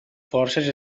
forces